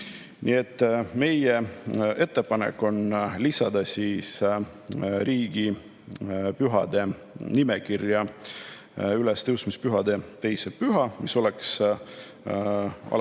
Eesti. Meie ettepanek on lisada riigipühade nimekirja ülestõusmispühade teine püha, mis oleks alati